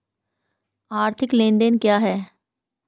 आर्थिक लेनदेन क्या है?